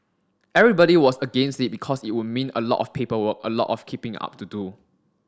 everybody was against it because it would mean a lot of paperwork a lot of keeping up to do